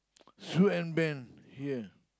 swan ban here